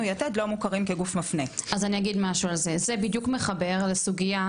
הדיון הוא תולדה של שיתוף פעולה שלנו עם פורום אירגוני תעסוקת צעירים,